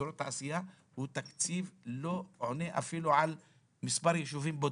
אזורי תעשייה הוא תקציב לא עונה אפילו על מספר ישובים בודד.